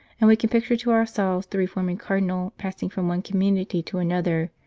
and we can picture to ourselves the reforming cardinal passing from one community to another,